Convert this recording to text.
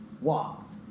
walked